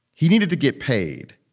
he needed to get paid.